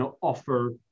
offer